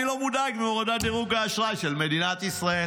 לא מודאג מהורדת דירוג האשראי של מדינת ישראל.